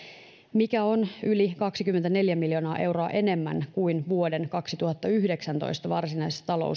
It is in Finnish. mikä on yli kaksikymmentäneljä miljoonaa euroa enemmän kuin vuoden kaksituhattayhdeksäntoista varsinaisessa talousarviossa